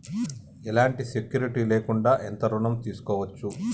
ఎలాంటి సెక్యూరిటీ లేకుండా ఎంత ఋణం తీసుకోవచ్చు?